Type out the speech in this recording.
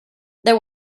they